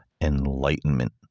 enlightenment